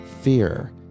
fear